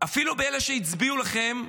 אפילו אלה שהצביעו לכם,